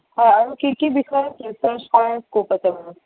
হয় আৰু কি কি বিষয়ত ৰিচাৰ্ছ কৰাৰ স্ক'প আছে বাৰু